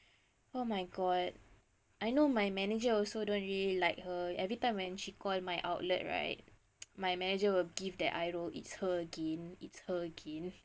oh my god I know my manager also don't really like her every time when she call my outlet right my manager will give that eye roll it's her again it's her again